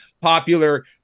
popular